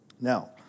Now